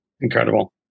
Incredible